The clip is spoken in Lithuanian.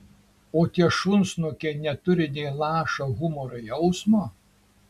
o tie šunsnukiai neturi nė lašo humoro jausmo